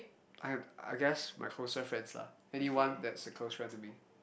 I guess my closer friends lah really one that's closer to me